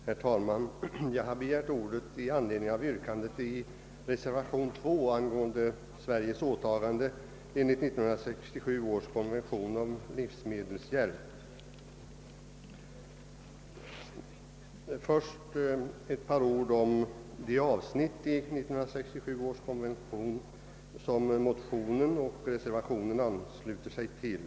Herr talman! Jag har begärt ordet i anledning av yrkandet i reservation 2 angående Sveriges åtagande enligt 1967 års konvention om livsmedelshjälp. Först ett par ord om det avsnitt i 1967 års konvention som motionen och reservationen ansluter sig till!